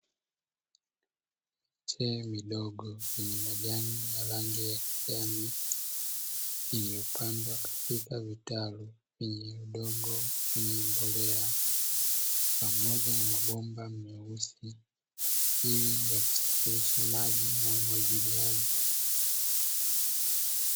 Miche midogo yenye majani ya rangi ya kijani iliyopandwa katika vitalu vyenye udongo vyenye mbolea, kwa ajili ya kusafirisha maji na umwagiliaji.